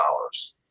dollars